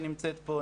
שנמצאת פה.